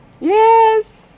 yes